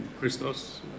Christos